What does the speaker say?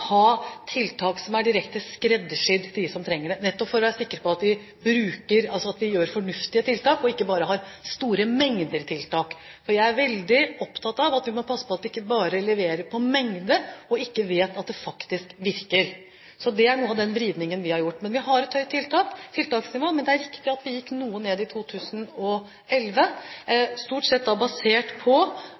ha tiltak som er direkte skreddersydd dem som trenger det – nettopp for å være sikre på at vi har fornuftige tiltak og ikke bare store mengder tiltak. Jeg er veldig opptatt av at vi må passe på at vi ikke bare leverer på mengde – og ikke vet om det faktisk virker. Det er noe av den vridningen vi har gjort. Vi har et høyt tiltaksnivå, men det er riktig at vi gikk noe ned i 2011 – stort sett basert på